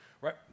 right